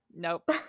nope